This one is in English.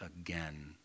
again